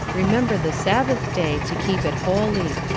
remember the sabbath day, to keep it holy.